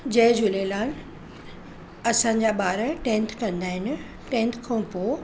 जय झूलेलाल असांजा ॿार टेंथ कंदा आहिनि टेंथ खां पोइ